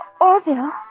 Orville